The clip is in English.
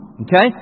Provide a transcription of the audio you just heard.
Okay